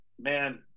Man